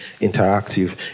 interactive